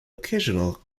occasional